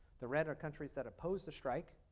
the red are countries that oppose the strike.